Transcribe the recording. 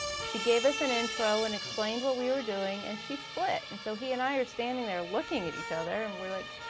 she gave us an intro and explained what we were doing and she split, and so he and i are standing there looking at each other and we're like,